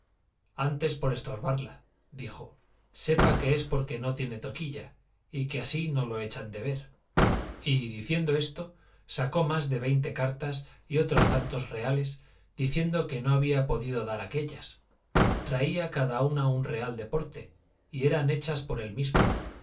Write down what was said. antes por estorbarla dijo sepa que es porque no tiene toquilla y que así no lo echan de ver y diciendo esto sacó más de veinte cartas y otros tantos reales diciendo que no había podido dar aquellas traía cada una un real de porte y eran hechas por él mismo